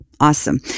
awesome